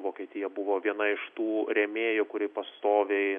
vokietija buvo viena iš tų rėmėjų kuri pastoviai